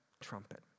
trumpet